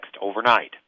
overnight